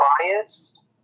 biased